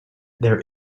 there